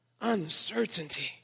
uncertainty